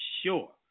sure